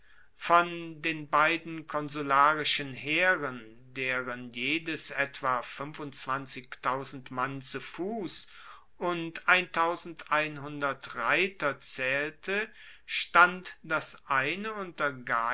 von den beiden konsularischen heeren deren jedes etwa mann zu fuss und reiter zaehlte stand das eine unter gaius